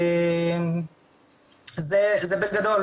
אלה בגדול